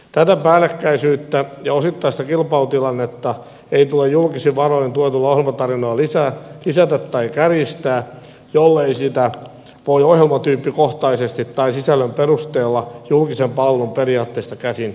tätä päällekkäisyyttä ja osittaista kilpailutilannetta ei tule julkisin varoin tuetulla ohjelmatarjonnalla lisätä tai kärjistää jollei sitä voi ohjelmatyyppikohtaisesti tai sisällön perusteella julkisen palvelun periaatteista käsin perustella